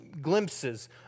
glimpses